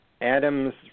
Adam's